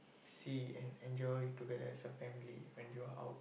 see and enjoy together as a family when you are out